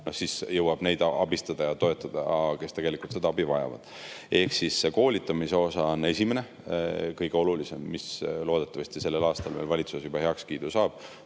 Siis jõuab abistada ja toetada neid, kes tegelikult abi vajavad. Ehk see koolitamise osa on esimene ja kõige olulisem, mis loodetavasti sellel aastal veel valitsuses heakskiidu saab.